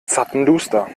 zappenduster